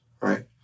right